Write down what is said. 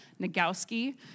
Nagowski